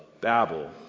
Babel